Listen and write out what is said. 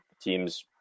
teams